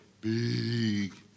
big